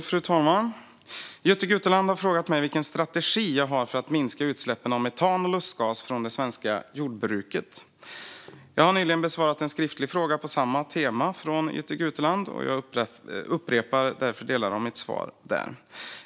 Fru talman! Jytte Guteland har frågat mig vilken strategi jag har för att minska utsläppen av metan och lustgas från det svenska jordbruket. Jag har nyligen besvarat en skriftlig fråga på samma tema från Jytte Guteland, och jag upprepar därför delar av mitt svar på den.